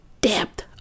depth